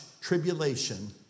tribulation